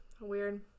Weird